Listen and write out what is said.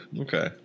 Okay